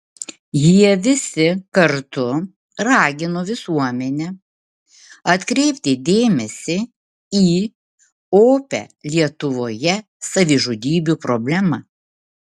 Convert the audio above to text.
jie visi kartu ragino visuomenę atkreipti dėmesį į opią lietuvoje savižudybių problemą